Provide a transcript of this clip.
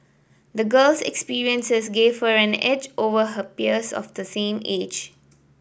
the girl's experiences gave her an edge over her peers of the same age